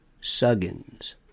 Suggins